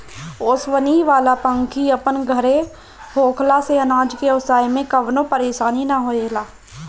ओसवनी वाला पंखी अपन घरे होखला से अनाज के ओसाए में कवनो परेशानी ना होएला